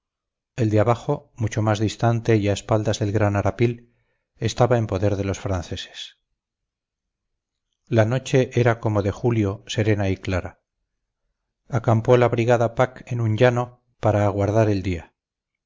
el de abajo mucho más distante y a espaldas del gran arapil estaba en poder de los franceses la noche era como de julio serena y clara acampó la brigada pack en un llano para aguardar el día